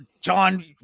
John